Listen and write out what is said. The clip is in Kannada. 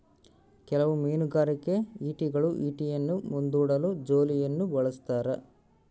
ಕೆಲವು ಮೀನುಗಾರಿಕೆ ಈಟಿಗಳು ಈಟಿಯನ್ನು ಮುಂದೂಡಲು ಜೋಲಿಯನ್ನು ಬಳಸ್ತಾರ